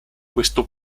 questo